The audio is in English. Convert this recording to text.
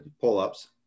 pull-ups